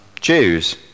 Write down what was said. Jews